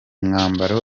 mwambaro